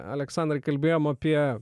aleksandrai kalbėjom apie